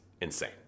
insane